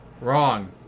wrong